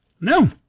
no